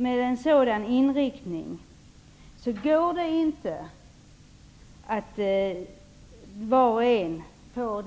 Med en sådan inriktning går det inte att var och en får